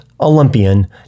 Olympian